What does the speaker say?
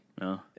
No